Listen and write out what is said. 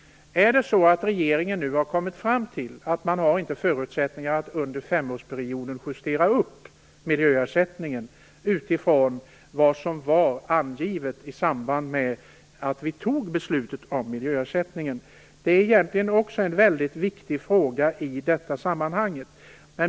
Har regeringen nu kommit fram till att det inte finns förutsättningar för att under en femårsperiod justera upp miljöersättningen utifrån det som angavs i samband med att beslutet fattades av riksdagen? Det är också en väldigt viktig fråga i sammanhanget.